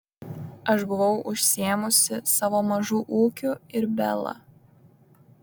aš buvau užsiėmusi savo mažu ūkiu ir bela